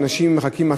בזמן שאנשים מחכים,